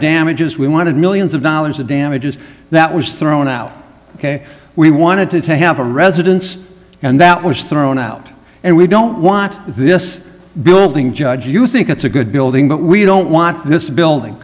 damages we wanted millions of dollars of damages that was thrown out ok we wanted to to have a residence and that was thrown out and we don't want this building judge you think it's a good building but we don't want this building